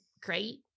great